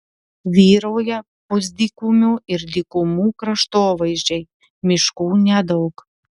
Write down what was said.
vyrauja pusdykumių ir dykumų kraštovaizdžiai miškų nedaug